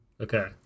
Okay